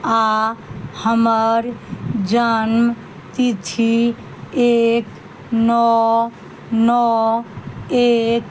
आओर हमर जन्मतिथि एक नओ नओ एक